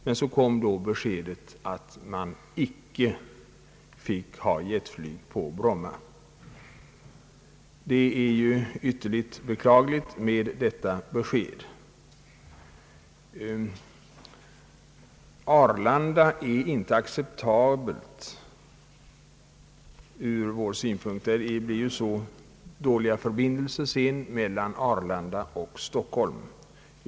Men så kom beskedet att jetflyg icke skulle tillåtas på Bromma, ett ytterligt beklagligt besked, då Arlanda inte är acceptabelt ur vår synpunkt med tanke på det avsevärda avståndet till Stockholm.